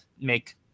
make